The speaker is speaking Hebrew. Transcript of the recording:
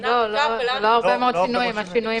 אבל האיסור הזה